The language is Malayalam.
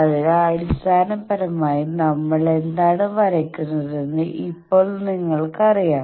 അതിനാൽ അടിസ്ഥാനപരമായി നമ്മൾ എന്താണ് വരയ്ക്കുന്നതെന്ന് ഇപ്പോൾ നിങ്ങൾക്കറിയാം